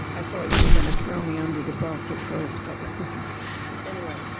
i thought you were going to throw me under the bus at first but anyway,